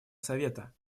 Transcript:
совета